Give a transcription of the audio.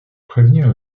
prévenir